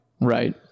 Right